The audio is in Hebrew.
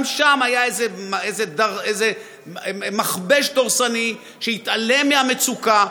גם שם היה איזה מכבש דורסני שהתעלם מהמצוקה,